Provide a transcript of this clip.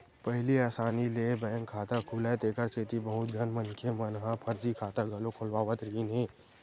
पहिली असानी ले बैंक खाता खुलय तेखर सेती बहुत झन मनखे मन ह फरजी खाता घलो खोलवावत रिहिन हे